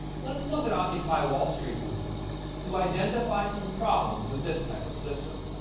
let's look at occupy wall-street movement to identify some problems with this type of system.